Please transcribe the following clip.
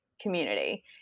community